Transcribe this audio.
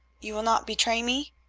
you will not betray me?